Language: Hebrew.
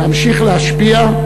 להמשיך להשפיע,